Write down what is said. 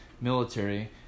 military